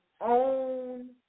own